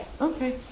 Okay